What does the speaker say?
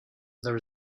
there